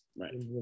Right